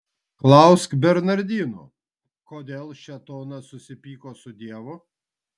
klausk bernardinų kodėl šėtonas susipyko su dievu